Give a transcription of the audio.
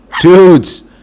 DUDES